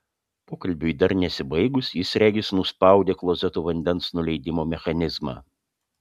pokalbiui dar nesibaigus jis regis nuspaudė klozeto vandens nuleidimo mechanizmą